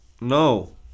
No